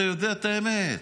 אתה יודע את האמת,